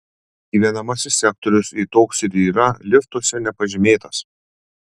gyvenamasis sektorius jei toks ir yra liftuose nepažymėtas